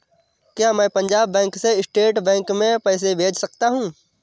क्या मैं पंजाब बैंक से स्टेट बैंक में पैसे भेज सकता हूँ?